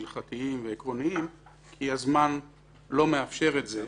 הלכתיים ועקרוניים כי הזמן לא מאפשר את זה.